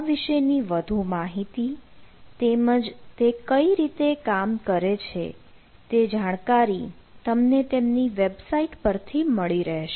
આ વિશેની વધુ માહિતી તેમજ તે કઈ રીતે કામ કરે છે તે જાણકારી તમને તેની વેબસાઇટ પરથી મળી રહેશે